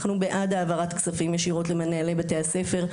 אנחנו בעד העברת כספים ישירות למנהלי בתי הספר.